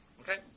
Okay